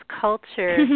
culture